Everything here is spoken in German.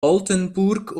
oldenburg